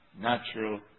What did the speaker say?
natural